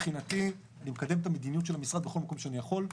מבחינתי אני מקדם את המדיניות של המשרד בכל מקום שאני יכול,